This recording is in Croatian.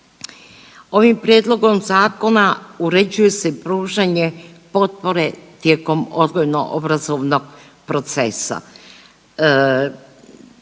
Ovim prijedlogom zakona uređuje se pružanje potpore tijekom odgojno obrazovnog procesa,